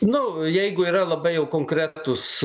nu jeigu yra labai jau konkretūs